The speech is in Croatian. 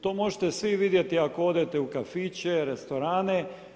To možete svi vidjeti ako odete u kafiće, restorane.